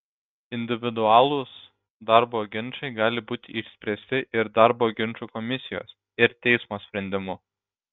individualūs darbo ginčai gali būti išspręsti ir darbo ginčų komisijos ir teismo sprendimu